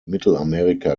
mittelamerika